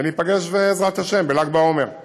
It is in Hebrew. וניפגש בעזרת השם בל"ג בעומר.